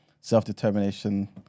Self-determination